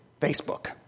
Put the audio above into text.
Facebook